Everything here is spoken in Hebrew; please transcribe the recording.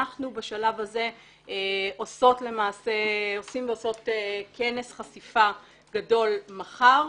אנחנו בשלב הזה עושים ועושות כנס חשיפה גדול מחר,